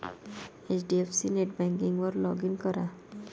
HDFC नेटबँकिंगवर log in करा